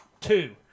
Two